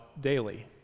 daily